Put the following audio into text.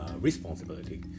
responsibility